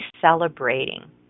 celebrating